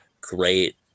great